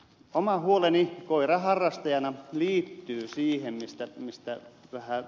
oma huoleni koiraharrastajana liittyy siihen mitä ed